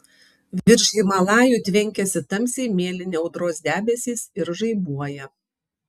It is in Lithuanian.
virš himalajų tvenkiasi tamsiai mėlyni audros debesys ir žaibuoja